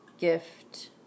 gift